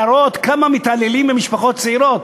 להראות כמה מתעללים במשפחות צעירות,